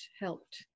helped